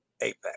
Apex